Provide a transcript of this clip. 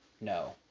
No